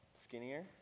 skinnier